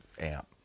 amp